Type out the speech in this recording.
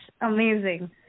amazing